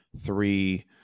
Three